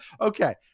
Okay